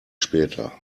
später